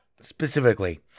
specifically